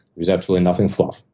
there's absolutely nothing fluff.